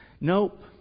Nope